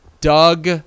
Doug